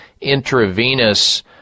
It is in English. intravenous